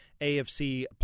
AFC